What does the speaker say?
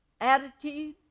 attitude